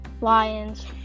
lions